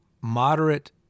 moderate